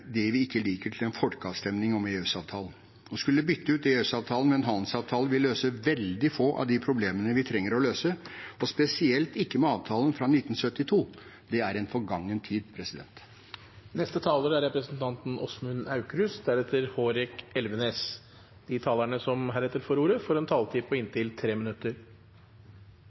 det vi ikke liker, til en folkeavstemning om EØS-avtalen. Å skulle bytte ut EØS-avtalen med en handelsavtale vil løse veldig få av de problemene vi trenger å løse – spesielt ikke med avtalen fra 1972. Den er fra en forgangen tid. De talere som heretter får ordet, har en taletid på inntil 3 minutter.